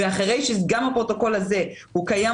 ואחרי שגם הפרוטוקול הזה קיים,